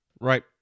Right